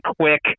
quick